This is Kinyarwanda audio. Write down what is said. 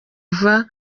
vuba